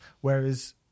Whereas